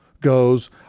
goes